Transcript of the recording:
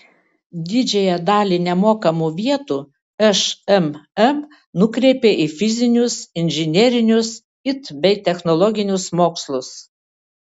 didžiąją dalį nemokamų vietų šmm nukreipė į fizinius inžinerinius it bei technologinius mokslus